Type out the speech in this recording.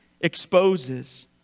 exposes